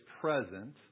present